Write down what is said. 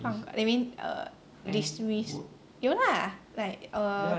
放 like yo~ mean err dsmissed 有 lah like err